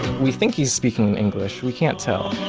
we think he's speaking in english. we can't tell.